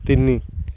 ତିନି